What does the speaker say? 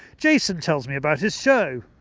jason tells me about his show.